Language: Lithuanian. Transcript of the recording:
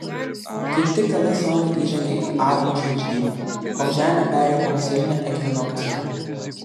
kaip tik tada saulė įžengė į avino žvaigždyną o žemė perėjo pavasarinę ekvinokciją